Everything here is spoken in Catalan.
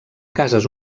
cases